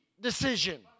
decision